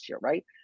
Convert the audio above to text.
right